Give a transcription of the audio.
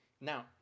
Now